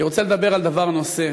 אני רוצה לדבר על דבר נוסף,